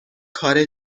کار